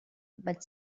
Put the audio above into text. but